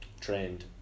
trained